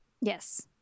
Yes